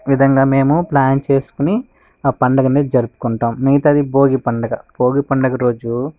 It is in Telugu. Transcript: విధంగా మేము ప్లాన్ చేసుకొని ఆ పండుగ అనేది జరుపుకుంటాం మిగతాది భోగి పండుగ భోగి పండుగ రోజు